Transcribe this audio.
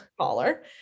Caller